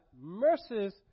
mercies